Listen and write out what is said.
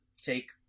take